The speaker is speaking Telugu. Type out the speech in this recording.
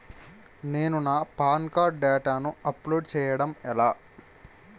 నేను నా పాన్ కార్డ్ డేటాను అప్లోడ్ చేయడం ఎలా?